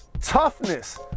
Toughness